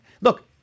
look